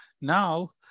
now